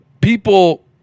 people